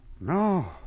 No